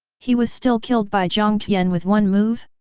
he was still killed by jiang tian with one move?